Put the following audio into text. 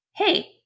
hey